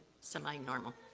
semi-normal